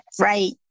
right